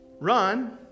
run